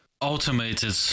Automated